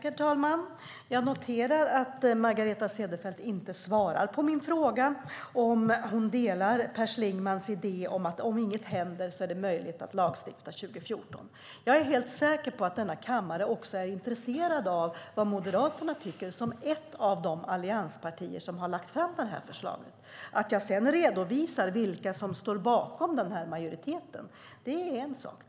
Herr talman! Jag noterar att Margareta Cederfelt inte svarar på min fråga om hon delar Per Schlingmanns idé att om inget händer är det möjligt att lagstifta 2014. Jag är helt säker på att också denna kammare är intresserad av vad Moderaterna som ett av de allianspartier som har lagt fram det här förslaget tycker. Att jag sedan redovisar vilka som står bakom majoriteten är en sak.